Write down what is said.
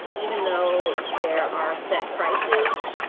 even though there are set prices,